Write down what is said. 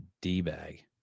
D-bag